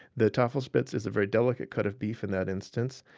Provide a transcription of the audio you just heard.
the tafelspitz is a very delicate cut of beef in that instance.